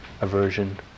aversion